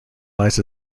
lies